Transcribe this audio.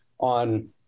on